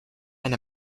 and